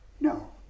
no